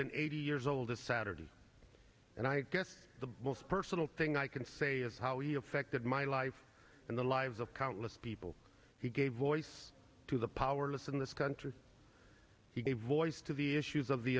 been eighty years old a saturday and i guess the most personal thing i can say is how he affected my life and the lives of countless people he gave voice to the powerless in this country he gave voice to the issues of the